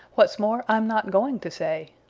what's more, i'm not going to say.